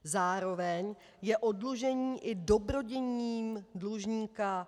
Zároveň je oddlužení i dobrodiním dlužníka.